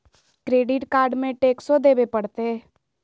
Credit card में टेक्सो देवे परते?